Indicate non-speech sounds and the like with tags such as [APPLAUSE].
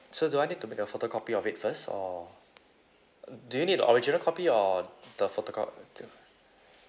so do I need to make a photocopy of it first or [NOISE] do you need the original copy or the photoco~ [NOISE]